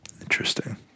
Interesting